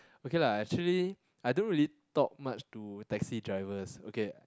okay lah actually I don't really talk much to taxi drivers okay